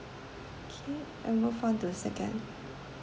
okay I'll move on to the second